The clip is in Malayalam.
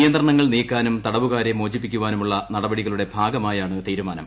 നിയന്ത്രണങ്ങൾ നീക്കാനും തടവുകാരെ മോചിപ്പിക്കാനുമുള്ള നടപടികളുടെ ഭാഗമായാണ് തീരുമാനം